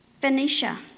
Phoenicia